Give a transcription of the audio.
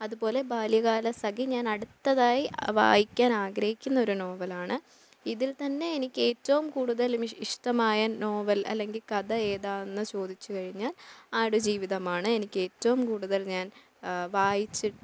അതുപോലെ ബാല്യകാലസഖി ഞാൻ അടുത്തതായി വായിക്കാൻ ആഗ്രഹിക്കുന്ന ഒരു നോവലാണ് ഇതിൽ തന്നെ എനിക്ക് ഏറ്റവും കൂടുതൽ ഇഷ്ടമായ നോവൽ അല്ലെങ്കിൽ കഥ ഏതാണെന്നു ചോദിച്ചു കഴിഞ്ഞാൽ ആടു ജീവിതമാണ് എനിക്ക് ഏറ്റവും കൂടുതൽ ഞാൻ വായിച്ച്